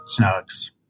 Snugs